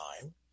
time